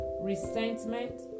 resentment